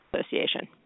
Association